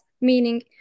meaning